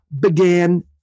began